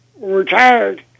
retired